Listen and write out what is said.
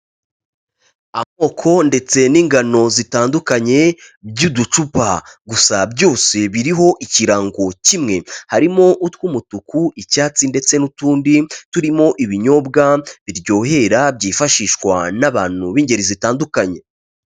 Amoko ndetse n'ingano zitandukanye by'uducupa gusa byose biriho ikirango kimwe, harimo utw'umutuku, icyatsi ndetse n'utundi turimo ibinyobwa biryohera byifashishwa n'abantu b'ingeri zitandukanye.